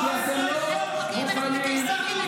מהלכים אימים,